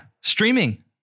Streaming